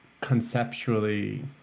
conceptually